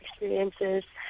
experiences